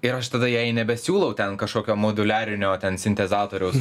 ir aš tada jei nebesiūlau ten kažkokio moduliarinio ten sintezatoriaus